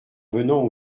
venons